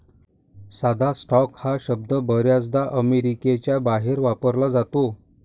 साधा स्टॉक हा शब्द बर्याचदा अमेरिकेच्या बाहेर वापरला जातो